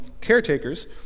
caretakers